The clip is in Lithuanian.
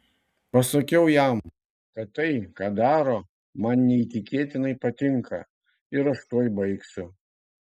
pasakiau jam kad tai ką daro man neįtikėtinai patinka ir aš tuoj baigsiu